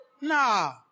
Nah